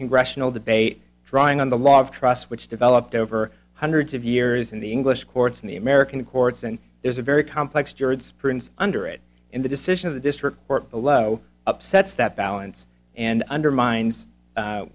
congressional debate drawing on the law of trust which developed over hundreds of years in the english courts in the american courts and there's a very complex jurisprudence under it in the decision of the district court below upsets that balance and undermines